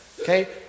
Okay